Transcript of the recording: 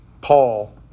Paul